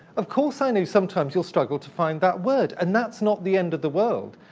of course i knew sometimes you'll struggle to find that word, and that's not the end of the world.